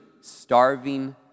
starving